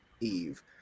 Eve